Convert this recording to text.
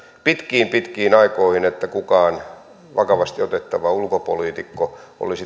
pitkiin pitkiin aikoihin että kukaan vakavasti otettava ulkopoliitikko olisi